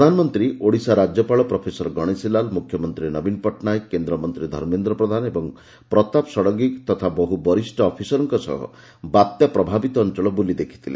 ପ୍ରଧାନମନ୍ତ୍ରୀ ଓଡ଼ିଶା ରାଜ୍ୟପାଳ ପ୍ରଫେସର ଗଣେଶୀ ଲାଲ୍ ମୁଖ୍ୟମନ୍ତ୍ରୀ ନବୀନ ପଟ୍ଟନାୟକ କେନ୍ଦ୍ରମନ୍ତ୍ରୀ ଧର୍ମେନ୍ଦ୍ର ପ୍ରଧାନ ଓ ପ୍ରତାପ ଷଡ଼ଙ୍ଗୀ ତଥା ବହୁ ବରିଷ୍ଠ ଅଫିସରଙ୍କ ସହ ବାତ୍ୟା ପ୍ରଭାବିତ ଅଞ୍ଚଳ ବୁଲି ଦେଖିଥିଲେ